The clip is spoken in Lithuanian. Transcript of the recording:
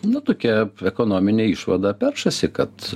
na tokia ekonominė išvada peršasi kad